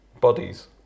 bodies